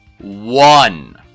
One